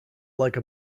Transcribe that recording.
like